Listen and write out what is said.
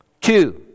Two